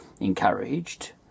encouraged